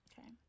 Okay